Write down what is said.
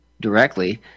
directly